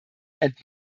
and